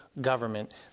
government